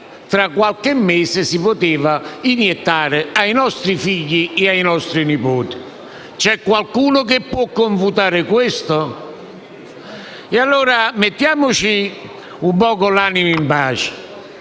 tra qualche mese poteva essere iniettato ai nostri figli e ai nostri nipoti. C'è qualcuno che può confutarlo? Allora mettiamoci un po' con l'animo in pace.